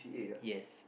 yes